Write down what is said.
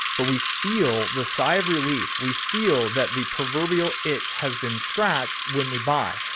but we feel the sigh of relief. we feel that the proverbial itch has been scratched when we buy,